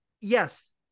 yes